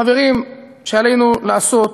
חברים, שעלינו לעשות,